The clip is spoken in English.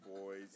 Boys